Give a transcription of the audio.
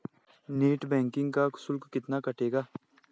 Net banking का शुल्क कितना कटेगा?